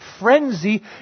frenzy